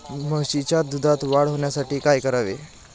म्हशीच्या दुधात वाढ होण्यासाठी काय करावे?